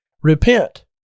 Repent